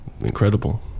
Incredible